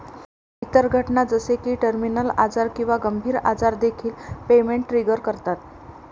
इतर घटना जसे की टर्मिनल आजार किंवा गंभीर आजार देखील पेमेंट ट्रिगर करतात